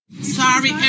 sorry